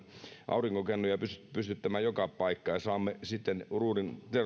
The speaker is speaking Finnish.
aurinkokennoja pystyttämään joka paikkaan ja saamme siten ruhrin